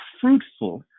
fruitful